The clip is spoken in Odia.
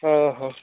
ହଁ ହଁ